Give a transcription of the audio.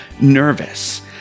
nervous